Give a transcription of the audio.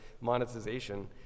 monetization